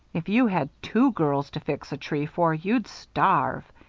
if you had two girls to fix a tree for, you'd starve.